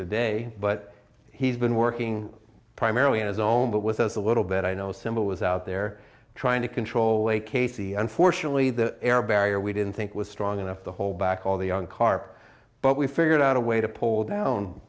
today but he's been working primarily on his own but with us a little bit i know symbol was out there trying to control a k c unfortunately the air barrier we didn't think was strong enough to hold back all the young carp but we figured out a way to pull down